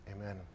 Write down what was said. Amen